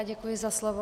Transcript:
Děkuji za slovo.